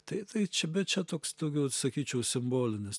tai tai čia bet čia toks daugiau sakyčiau simbolinis